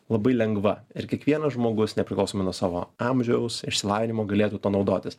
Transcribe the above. labai lengva ir kiekvienas žmogus nepriklausomai nuo savo amžiaus išsilavinimo galėtų tuo naudotis